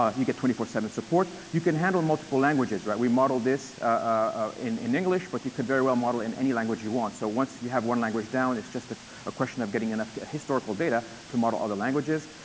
ah you get twenty four seven support. you can handle multiple languages, right? we modeled this ah in in english, but you could very well model it in any language you want. so once you have one language down, it's just ah a question of getting enough historical data to model other languages.